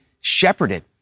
shepherded